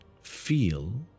feel